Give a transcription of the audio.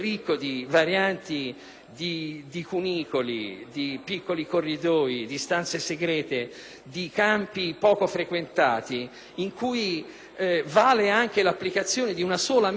di cunicoli, di piccoli corridoi, di stanze segrete, di campi poco frequentati, in cui vale anche l'applicazione di una sola mente su un solo problema.